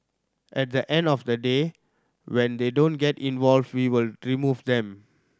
at the end of the day when they don't get involved we will remove them